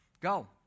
go